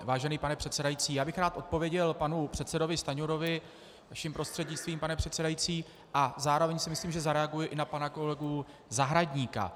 Vážený pane předsedající, já bych rád odpověděl panu předsedovi Stanjurovi vaším prostřednictvím, pane předsedající, a zároveň si myslím, že zareaguji i na pana kolegu Zahradníka.